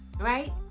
right